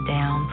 Down